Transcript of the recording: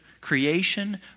creation